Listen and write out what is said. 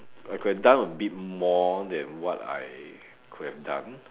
I could have done a bit more than what I could have done